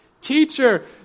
Teacher